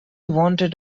wanted